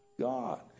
God